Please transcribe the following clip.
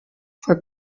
for